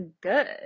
good